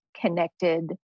connected